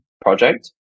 project